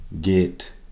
get